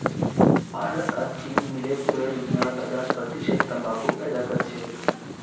भारत और चीन मिले पूरा दुनियार पचास प्रतिशत तंबाकू पैदा करछेक